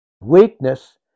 Weakness